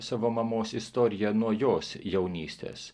savo mamos istoriją nuo jos jaunystės